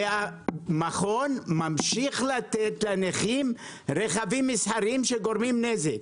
המכון ממשיך לתת לנכים רכבים מסחריים שגורמים נזק